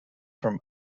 from